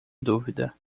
dúvida